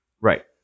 right